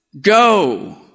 Go